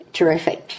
Terrific